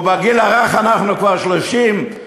ובגיל הרך אנחנו כבר 33%,